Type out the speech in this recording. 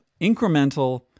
incremental